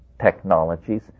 technologies